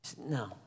No